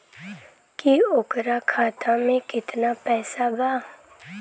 की ओकरा खाता मे कितना पैसा बा?